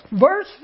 Verse